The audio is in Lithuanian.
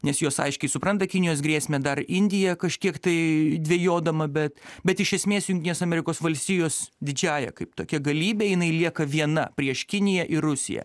nes jos aiškiai supranta kinijos grėsmę dar indija kažkiek tai dvejodama bet bet iš esmės jungtinės amerikos valstijos didžiąja kaip tokia galybe jinai lieka viena prieš kiniją ir rusiją